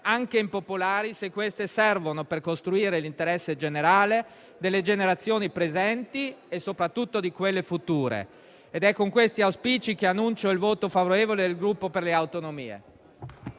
anche impopolari, se queste servono per costruire l'interesse generale delle generazioni presenti e soprattutto di quelle future. È con questi auspici che annuncio il voto favorevole del Gruppo Per le Autonomie.